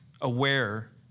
aware